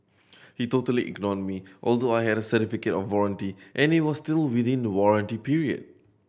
he totally ignored me although I had a certificate of warranty and it was still within the warranty period